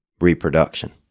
reproduction